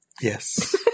Yes